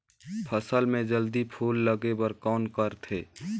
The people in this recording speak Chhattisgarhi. फसल मे जल्दी फूल लगे बर कौन करथे?